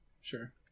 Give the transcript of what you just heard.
Sure